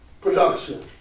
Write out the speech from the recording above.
production